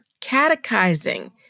catechizing